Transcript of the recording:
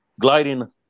gliding